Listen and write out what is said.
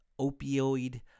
opioid